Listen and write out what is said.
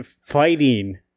fighting